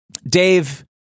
Dave